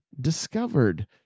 discovered